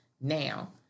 Now